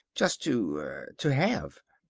just to to have.